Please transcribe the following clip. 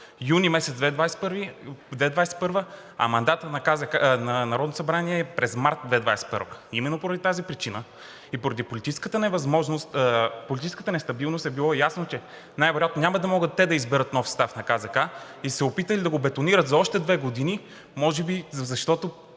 на Народното събрание е през месец март 2021 г. Именно поради тази причина и поради политическата нестабилност е било ясно, че най-вероятно няма да могат те да изберат нов състав на КЗК и са се опитали да го бетонират за още две години, може би защото